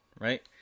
right